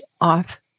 off